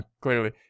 clearly